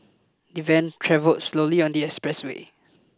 the van travel slowly on the expressway